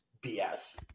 BS